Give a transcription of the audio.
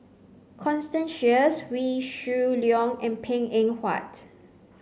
constance Sheares Wee Shoo Leong and Png Eng Huat